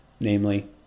namely